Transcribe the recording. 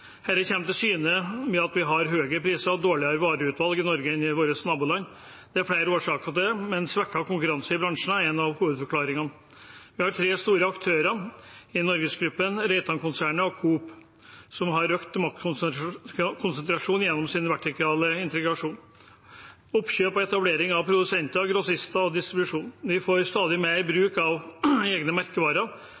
til syne ved at vi har høyere priser og dårligere vareutvalg i Norge enn våre naboland har. Det er flere årsaker til det, men svekket konkurranse i bransjen er en av hovedforklaringene. Vi har tre store aktører: NorgesGruppen, Reitangruppen og Coop, som har økt maktkonsentrasjonen gjennom sin vertikale integrasjon og oppkjøp og etablering av produsenter, grossister og distribusjon. Vi får stadig mer